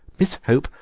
miss hope,